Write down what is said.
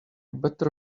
better